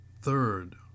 Third